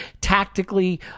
tactically